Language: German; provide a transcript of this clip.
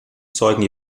zeugen